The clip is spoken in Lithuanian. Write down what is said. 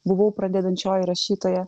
buvau pradedančioji rašytoja